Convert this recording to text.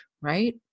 right